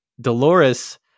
Dolores